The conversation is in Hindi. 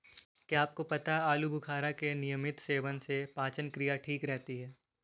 क्या आपको पता है आलूबुखारा के नियमित सेवन से पाचन क्रिया ठीक रहती है?